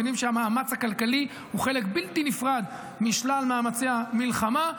מבינים שהמאמץ הכלכלי הוא חלק בלתי נפרד משלל מאמצי המלחמה.